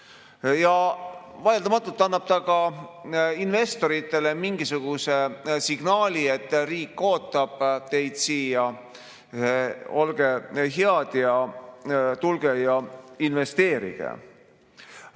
Vaieldamatult annab ta ka investoritele signaali, et riik ootab teid siia, olge head, tulge ja investeerige.